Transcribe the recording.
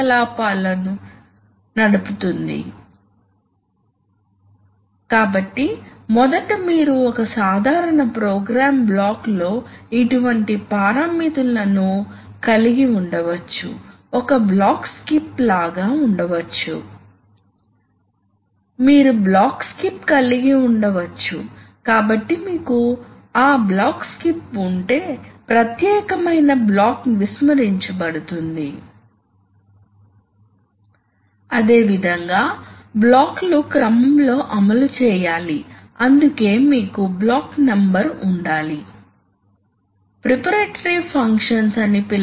కాబట్టి మీకు తెలుసా న్యూమాటిక్ లాజిక్ కాబట్టి న్యూమాటిక్ లాజిక్ అంటే మనం ప్రాథమికంగా గ్రహించడానికి ప్రయత్నిస్తున్నామనిఇది ఒక విధమైన డిజిటల్ లాజిక్ కాబట్టి మాకు అవసరం మాకు OR వంటి అంశాలు తెలుసు మాకు AND వంటి అంశాలు కావాలి కాబట్టి ఉదాహరణకు మీరు OR లాజిక్ కలిగి ఉండవచ్చు ఇది సిస్టం లోకి గాలి ప్రవహించటానికి ఇరువైపులా ప్రెజర్ అవసరం అదే విధంగా మీకు ఒక లాజిక్ ఉందిఅప్పుడు గాలి ప్రవాహానికి అనుసంధానించబడటానికి పంపు లోడ్ తో అనుసంధానించబడటానికి పైలట్ ప్రెషర్ రెండు చివర్లలో ఒకేసారి అప్లై చేయవలసి ఉంటుంది